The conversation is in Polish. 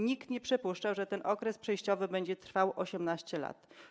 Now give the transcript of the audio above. Nikt nie przypuszczał, że ten okres przejściowy będzie trwał 18 lat.